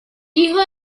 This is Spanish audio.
hijo